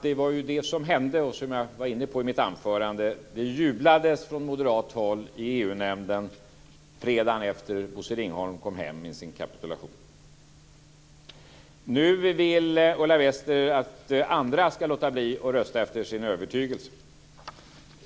Det var ju det som hände - och som jag också var inne på i mitt anförande: Det jublades från moderat håll i EU-nämnden fredagen efter det att Bosse Ringholm kom hem med sin kapitulation. Nu vill Ulla Wester att andra ska låta bli att rösta efter sin övertygelse.